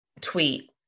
tweet